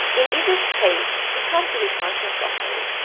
in either state we can't really function properly.